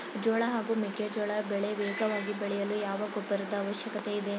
ಜೋಳ ಹಾಗೂ ಮೆಕ್ಕೆಜೋಳ ಬೆಳೆ ವೇಗವಾಗಿ ಬೆಳೆಯಲು ಯಾವ ಗೊಬ್ಬರದ ಅವಶ್ಯಕತೆ ಇದೆ?